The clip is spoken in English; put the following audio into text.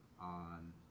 on